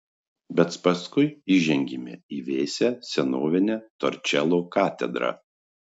bet paskui įžengiame į vėsią senovinę torčelo katedrą